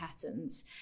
patterns